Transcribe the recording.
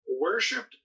worshipped